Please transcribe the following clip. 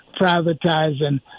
privatizing